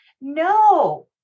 No